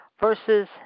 versus